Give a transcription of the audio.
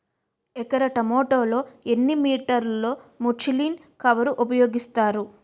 ఎకర టొమాటో లో ఎన్ని మీటర్ లో ముచ్లిన్ కవర్ ఉపయోగిస్తారు?